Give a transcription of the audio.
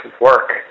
work